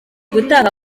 gutanga